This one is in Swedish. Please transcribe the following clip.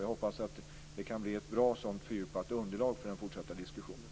Jag hoppas att det kan bli ett bra sådant fördjupat underlag för den fortsatta diskussionen.